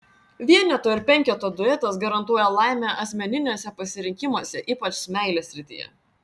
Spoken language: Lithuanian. vieneto ir penketo duetas garantuoja laimę asmeniniuose pasirinkimuose ypač meilės srityje